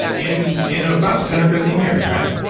in in about ten or fifteen years, right?